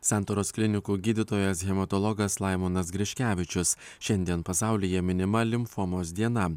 santaros klinikų gydytojas hematologas laimonas griškevičius šiandien pasaulyje minima limfomos diena